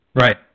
Right